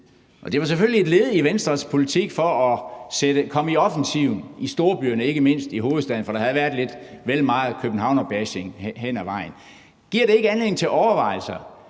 det var selvfølgelig et led i Venstres politik for at komme i offensiven i storbyerne, ikke mindst i hovedstaden, for der havde været vel meget københavnerbashing hen ad vejen. Giver det ikke anledning til overvejelser,